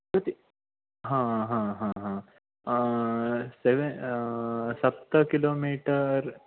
कति हा हा हा हा सेवेन् सप्त किलोमीटर्